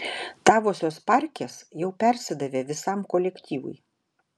tavosios parkės jau persidavė visam kolektyvui